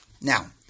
Now